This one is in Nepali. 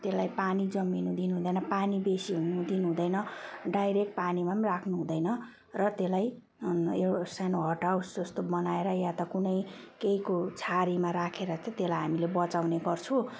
त्यसलाई पानी जमिनु दिनुहुँदैन पानी बेसी हुनु दिनुहुँदैन डाइरेक्ट पानीमा पनि राख्नुहुँदैन र त्यसलाई एउटा सानो हट हाउस जस्तो बनाएर या त कुनै केहीको छाहारीमा राखेर चाहिँ त्यसलाई हामीले बचाउने गर्छौँ